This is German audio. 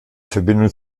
verbindung